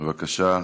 בבקשה.